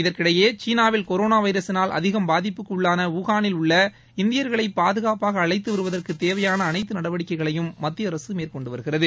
இதற்கிடையே சீனாவில் கொரோனா வைரஸினால் அதிகம் பாதிப்புக்கு உள்ளாள உஹாளில் உள்ள இந்தியர்களை பாதுகாப்பாக அனழத்து வருவதற்கு தேவையான அனைத்து நடவடிக்கைகளையும் மத்திய அரசு மேற்கொண்டு வருகிறது